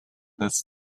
this